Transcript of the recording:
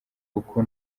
kuko